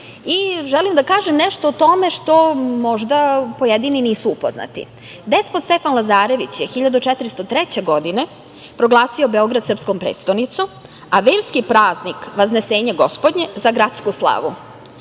i želim da kažem nešto o tome što možda pojedini nisu upoznati. Despot Stefan Lazarević je 1403. godine proglasio Beograd srpskom prestonicom, a verski praznik Vaznesenje gospodnje za gradsku slavu.